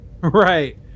right